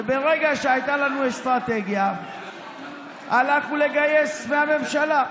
וברגע שהייתה לנו אסטרטגיה הלכנו לגייס מהממשלה,